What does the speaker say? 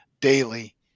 daily